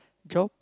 job